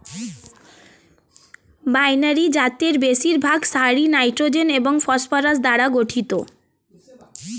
binary জাতের বেশিরভাগ সারই নাইট্রোজেন এবং ফসফরাস দ্বারা গঠিত